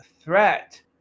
threat